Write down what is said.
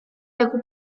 leku